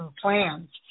plans